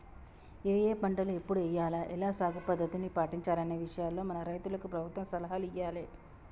ఏఏ పంటలు ఎప్పుడు ఎయ్యాల, ఎలా సాగు పద్ధతుల్ని పాటించాలనే విషయాల్లో మన రైతులకు ప్రభుత్వం సలహాలు ఇయ్యాలే